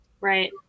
Right